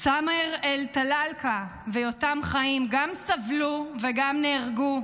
סאמר טלאלקה ויותם חיים גם סבלו וגם נהרגו,